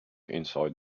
inside